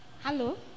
Hello